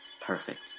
Perfect